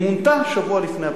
היא מונתה שבוע לפני הבחירות.